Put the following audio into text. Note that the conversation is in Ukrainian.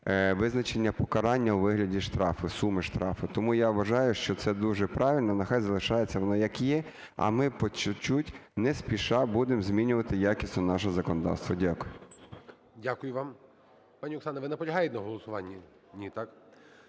визначення покарання у вигляді штрафу, суми штрафу. Тому я вважаю, що це дуже правильно, нехай залишається вона, як є, а ми по чуть-чуть, не спіша будемо змінювати якість нашого законодавства. Дякую. ГОЛОВУЮЧИЙ. Дякую вам. Пані Оксана, ви наполягаєте на голосуванні? Ні, так?